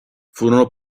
furono